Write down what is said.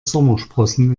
sommersprossen